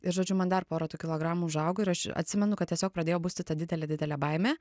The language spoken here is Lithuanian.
ir žodžiu man dar pora tų kilogramų užaugo ir aš atsimenu kad tiesiog pradėjo busti ta didelė didelė baimė